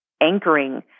anchoring